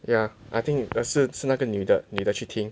ya I think 是是那个女的女的去听